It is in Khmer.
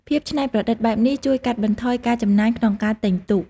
ភាពច្នៃប្រឌិតបែបនេះជួយកាត់បន្ថយការចំណាយក្នុងការទិញទូក។